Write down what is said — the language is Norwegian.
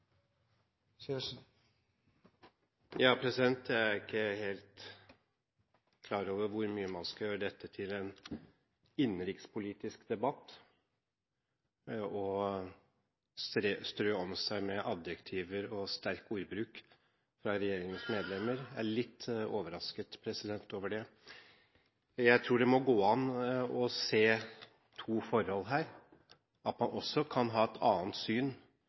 ikke helt klar over hvor mye man skal gjøre dette til en innenrikspolitisk debatt og strø om seg med adjektiver og sterk ordbruk fra regjeringens medlemmer. Jeg er litt overrasket over det. Jeg tror det må gå an å se to forhold her – at man også kan ha et annet syn